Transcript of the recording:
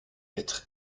être